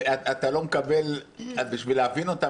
שאתה לא מקבל אז בשביל להבין אותן,